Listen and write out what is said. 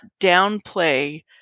downplay